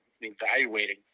evaluating